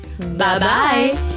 Bye-bye